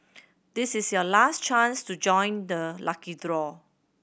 this is your last chance to join the lucky draw